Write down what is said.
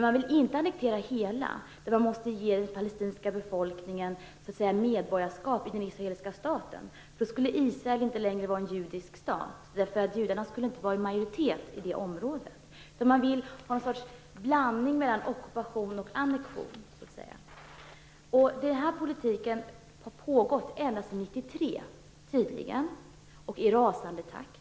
Man vill inte annektera hela området, därför att man måste då ge den palestinska befolkningen medborgarskap i den israeliska staten. Då skulle Israel inte längre vara en judisk stat, därför att judarna skulle inte vara i majoritet i det området. Man vill ha en sorts blandning av ockupation och annektering. Den här politiken har pågått ända sedan 1993 i en rasande takt.